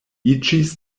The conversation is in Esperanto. iĝis